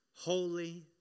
Holy